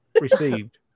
received